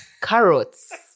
Carrots